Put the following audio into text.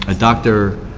ah dr.